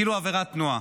כאילו זו עבירת תנועה.